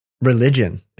religion